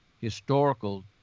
historical